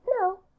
no